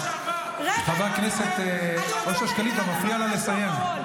חבר הכנסת אושר שקלים, אתה מפריע לה לסיים.